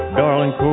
darling